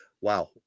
wow